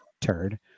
turd